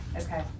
Okay